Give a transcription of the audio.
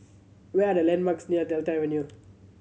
where are the landmarks near Delta Avenue